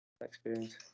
experience